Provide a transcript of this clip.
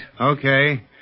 Okay